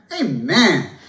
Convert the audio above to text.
Amen